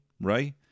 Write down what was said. right